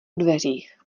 dveřích